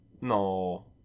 no